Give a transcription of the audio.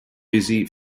busy